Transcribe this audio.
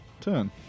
turn